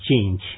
change